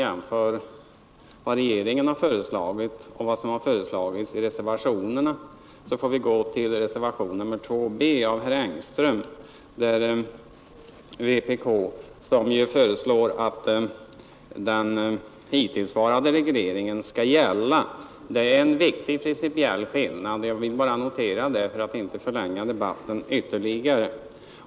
En avgörande principiell skillnad i förhållande till regeringens förslag finner vi i reservationen 2b av herr Engström där vpk föreslår att den hittillsvarande regleringen skall gälla. Det är en viktig principiell skillnad. Jag vill bara notera det för att inte förlänga debatten ytterligare.